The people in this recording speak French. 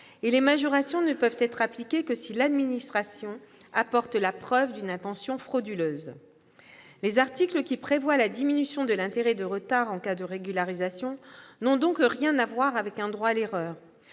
et les majorations ne peuvent être appliquées que si l'administration apporte la preuve d'une intention frauduleuse. Les articles qui prévoient la diminution de l'intérêt de retard en cas de régularisation n'ont donc rien à voir avec un « droit à l'erreur